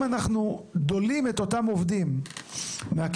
אם אנחנו דולים את אותם עובדים מהכיכרות,